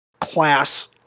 class